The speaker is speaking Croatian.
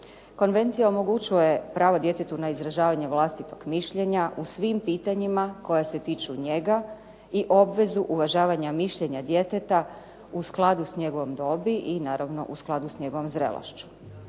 Konvencija omogućuje pravo djetetu na izražavanje vlastitog mišljenja u svim pitanjima koja se tiču njega i obvezu uvažavanja mišljenja djeteta u skladu s njegovom dobi i naravno u skladu sa njegovom zrelošću.